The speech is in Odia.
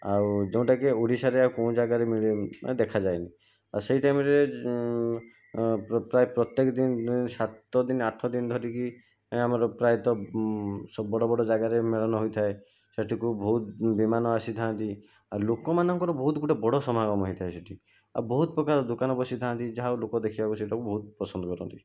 ଆଉ ଯୋଉଁଟାକି ଓଡ଼ିଶାରେ ଆଉ କୋଉଁ ଜାଗା ମିଳେ ମାନେ ଦେଖାଯାଏନି ଆଉ ସେଇ ଟାଇମରେ ପ୍ରାୟ ପ୍ରତ୍ୟେକ ଦିନ ସାତ ଦିନ ଆଠ ଦିନ ଧରିକି ଆମର ପ୍ରାୟତଃ ସବୁ ବଡ଼ ବଡ଼ ଜାଗାରେ ମେଳନ ହୋଇଥାଏ ସେଠିକୁ ବହୁତ ବିମାନ ଆସିଥାନ୍ତି ଆଉ ଲୋକମାନଙ୍କର ବହୁତ ଗୋଟିଏ ବଡ଼ ସମାଗମ ହୋଇଥାଏ ସେଠି ଆଉ ବହୁତ ପ୍ରକାର ଦୋକାନ ବସିଥାନ୍ତି ଯାହା ଲୋକ ଦେଖିବାକୁ ସେଇଟାକୁ ପସନ୍ଦ କରିଥାନ୍ତି